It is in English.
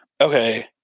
Okay